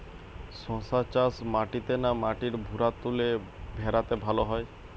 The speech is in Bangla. শশা চাষ মাটিতে না মাটির ভুরাতুলে ভেরাতে ভালো হয়?